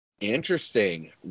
Interesting